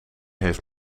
heeft